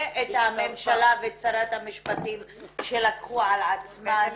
ואת הממשלה ואת שרת המשפטים שלקחו על עצמם